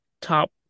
top